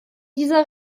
dieser